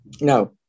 No